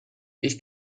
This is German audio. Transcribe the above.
ich